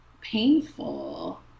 painful